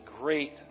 great